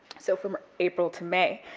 so from april to may.